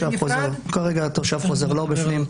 כרגע תושב חוזר לא בפנים.